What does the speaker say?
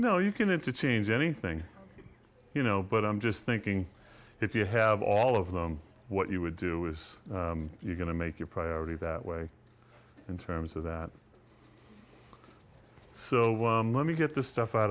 know you can interchange anything you know but i'm just thinking if you have all of them what you would do is you're going to make your priority that way in terms of that so let me get the stuff out